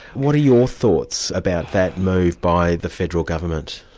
what are your thoughts about that move by the federal government?